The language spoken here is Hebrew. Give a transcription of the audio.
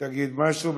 תגיד משהו.